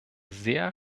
sehr